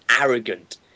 arrogant